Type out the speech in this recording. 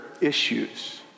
issues